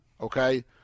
Okay